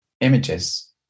images